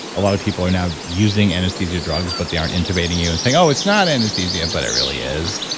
a lot of people are now using anesthesia drugs, but they aren't intubating you and saying oh, it's not anesthesia, but it really is.